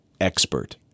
expert